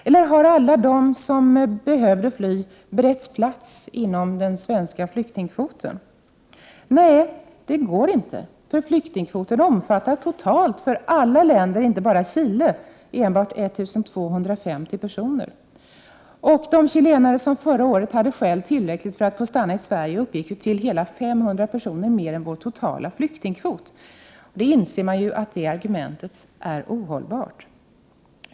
Eller har alla de som behövde fly beretts plats inom den svenska flyktingkvoten? Nej, det går inte, för flyktingkvoten omfattar totalt, för alla länder, inte bara Chile, enbart 1 250 peroner. De chilenare som förra året hade tillräckliga skäl för att få stanna i Sverige uppgick ju till hela 500 personer mer än vår totala flyktingkvot. Man inser ju att det argumentet är ohållbart.